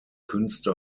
künste